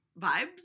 vibes